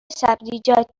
سبزیجات